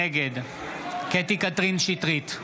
נגד קטי קטרין שטרית,